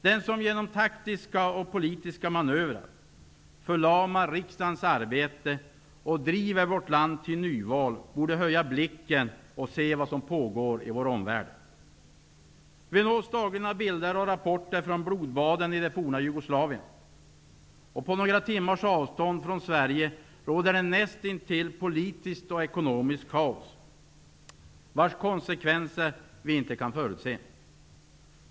Den som genom taktiska och politiska manövrar förlamar riksdagens arbete och driver vårt land till nyval borde höja blicken och se vad som pågår i vår omvärld. Vi nås dagligen av bilder och rapporter från blodbaden i det forna Jugoslavien. På några timmars avstånd från Sverige råder det nästintill politiskt och ekonomiskt kaos, vars konsekvenser vi inte kan förutse.